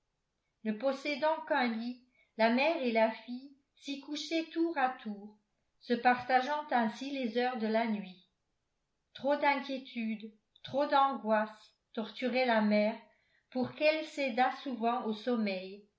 ne possédant qu'un lit la mère et la fille s'y couchaient tour à tour se partageant ainsi les heures de la nuit trop d'inquiétudes trop d'angoisses torturaient la mère pour qu'elle cédât souvent au sommeil